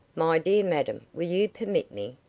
my dear madam, will you permit me?